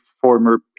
former